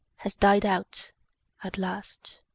has died out at last.